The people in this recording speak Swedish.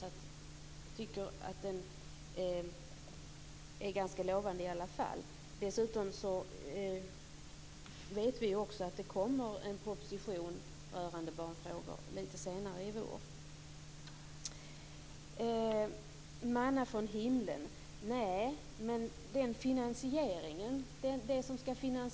Jag tycker att den är ganska lovande i alla fall. Vi vet också att det kommer en proposition rörande barnfrågor litet senare i vår. Liselotte Wågö säger att bidragen inte kommer som manna från himlen. Nej, det gör de inte.